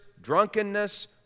drunkenness